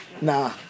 Nah